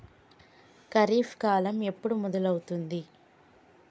ఖరీఫ్ కాలం ఎప్పుడు మొదలవుతుంది?